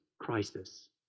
crisis